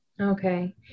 Okay